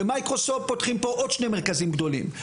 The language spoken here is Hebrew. ומייקרוסופט פותחים פה עוד שני מרכזים גדולים.